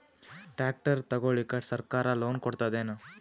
Tractor ತಗೊಳಿಕ ಸರ್ಕಾರ loan ಕೊಡತದೇನು?